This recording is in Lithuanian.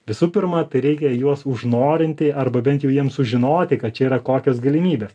visų pirma tai reikia juos užnorinti arba bent jau jiems sužinoti kad čia yra kokios galimybės